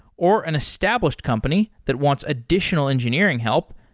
or an established company that wants additional engineering help,